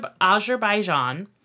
Azerbaijan